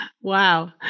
Wow